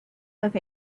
with